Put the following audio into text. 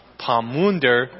pamunder